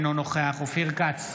אינו נוכח אופיר כץ,